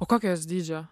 o kokio jos dydžio